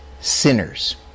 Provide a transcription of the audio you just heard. sinners